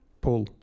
pull